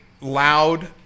loud